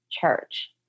church